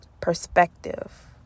perspective